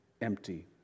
empty